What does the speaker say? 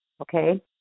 Okay